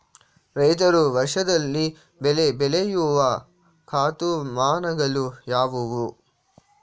ರೈತರು ವರ್ಷದಲ್ಲಿ ಬೆಳೆ ಬೆಳೆಯುವ ಋತುಮಾನಗಳು ಯಾವುವು?